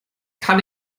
kann